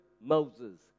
Moses